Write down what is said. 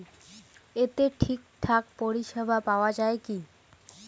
এতে ঠিকঠাক পরিষেবা পাওয়া য়ায় কি?